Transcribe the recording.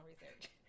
research